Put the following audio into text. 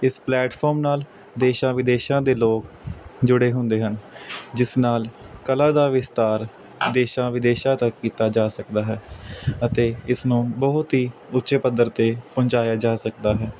ਇਸ ਪਲੈਟਫਾਰਮ ਨਾਲ ਦੇਸ਼ਾਂ ਵਿਦੇਸ਼ਾਂ ਦੇ ਲੋਕ ਜੁੜੇ ਹੁੰਦੇ ਹਨ ਜਿਸ ਨਾਲ ਕਲਾ ਦਾ ਵਿਸਤਾਰ ਦੇਸ਼ਾਂ ਵਿਦੇਸ਼ਾਂ ਤੱਕ ਕੀਤਾ ਜਾ ਸਕਦਾ ਹੈ ਅਤੇ ਇਸ ਨੂੰ ਬਹੁਤ ਹੀ ਉੱਚੇ ਪੱਧਰ 'ਤੇ ਪਹੁੰਚਾਇਆ ਜਾ ਸਕਦਾ ਹੈ